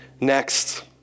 Next